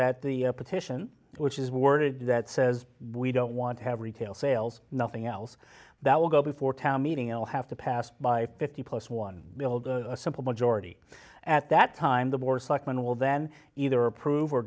that the petition which is worded that says we don't want to have retail sales nothing else that will go before town meeting i'll have to pass by fifty plus one a simple majority at that time the for selectman will then either approve or